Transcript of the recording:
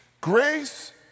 Grace